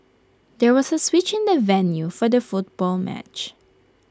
there was A switch in the venue for the football match